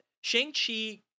Shang-Chi